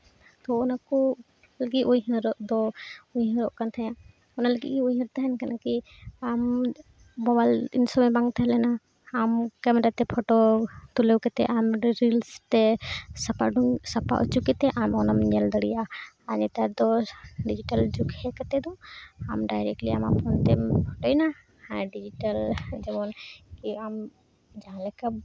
ᱛᱚ ᱚᱱᱟ ᱠᱚ ᱞᱟᱹᱜᱤᱫ ᱩᱭᱦᱟᱹᱨᱚᱜ ᱫᱚ ᱩᱭᱦᱟᱹᱨᱚᱜ ᱠᱟᱱ ᱛᱟᱦᱮᱸᱫ ᱚᱱᱟ ᱞᱟᱹᱜᱤᱫ ᱜᱮ ᱩᱭᱦᱟᱹᱨ ᱛᱟᱦᱮᱱ ᱠᱟᱱ ᱜᱮ ᱟᱢ ᱢᱳᱵᱟᱭᱤᱞ ᱩᱱ ᱥᱚᱢᱚᱭ ᱵᱟᱝ ᱛᱟᱦᱮᱸᱞᱮᱱᱟ ᱟᱢ ᱠᱮᱢᱮᱨᱟ ᱛᱮ ᱯᱷᱚᱴᱳ ᱛᱩᱞᱟᱹᱣ ᱠᱟᱛᱮᱫ ᱟᱢ ᱚᱸᱰᱮ ᱨᱤᱞᱥ ᱛᱮ ᱥᱟᱯᱟ ᱩᱰᱩᱝ ᱥᱟᱯᱟ ᱚᱪᱚ ᱠᱟᱛᱮᱫ ᱟᱢ ᱚᱱᱟᱢ ᱧᱮᱞ ᱫᱟᱲᱮᱭᱟᱜᱼᱟ ᱟᱨ ᱱᱮᱛᱟᱨ ᱫᱚ ᱰᱤᱡᱤᱴᱮᱞ ᱡᱩᱜᱽ ᱦᱮᱡ ᱠᱟᱛᱮᱫ ᱫᱚ ᱟᱢ ᱰᱟᱭᱨᱮᱠᱴᱞᱤ ᱟᱢᱟᱜ ᱯᱷᱳᱱᱛᱮᱢ ᱯᱷᱚᱴᱳᱭᱱᱟ ᱟᱨ ᱰᱤᱡᱤᱴᱮᱞ ᱡᱮᱢᱚᱱ ᱨᱮ ᱟᱢ ᱡᱟᱦᱟᱸᱞᱮᱠᱟᱢ